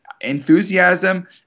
enthusiasm